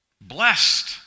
blessed